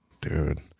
Dude